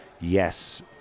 yes